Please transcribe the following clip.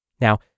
Now